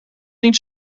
niet